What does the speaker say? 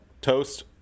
toast